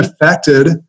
affected